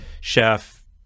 chef